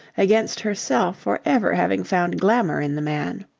against herself for ever having found glamour in the man.